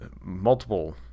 multiple